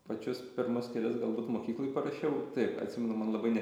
pačius pirmus kelis galbūt mokykloj parašiau taip atsimenu man labai ne